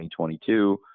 2022